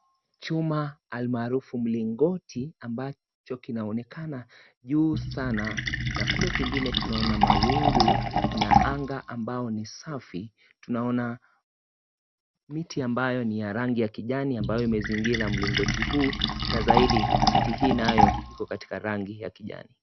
Chuma almaarufu mlingoti, ambacho kinaonekana juu sana na kule kwingine tunaona mawingu na anga ambao ni safi. Tunaona, miti ambayo ni ya rangi ya kijani ambayo imezingira mlingoti huu na zaidi miti hii nayo iko katika rangi ya kijani.